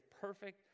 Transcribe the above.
perfect